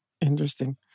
Interesting